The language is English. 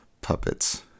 puppets